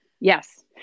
Yes